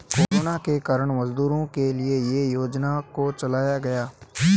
corona के कारण मजदूरों के लिए ये योजना को चलाया गया